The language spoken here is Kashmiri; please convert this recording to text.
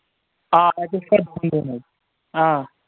آ اَتِس پٮ۪ٹھ آ